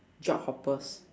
job hoppers